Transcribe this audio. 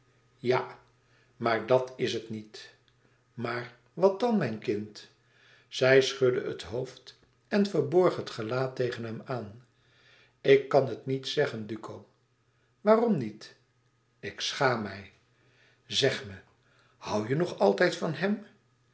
ja maar dat is het niet maar wat dan mijn kind zij schudde het hoofd en verborg het gelaat tegen hem aan ik kan het niet zeggen duco waarom niet ik schaam mij e ids aargang eg me hoû je nog altijd van hem